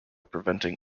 preventing